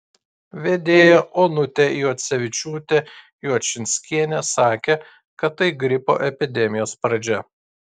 vedėja onutė juocevičiūtė juočinskienė sakė kad tai gripo epidemijos pradžia